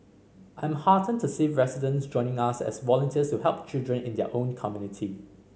I'm heartened to see residents joining us as volunteers to help children in their own community